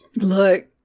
Look